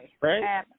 Right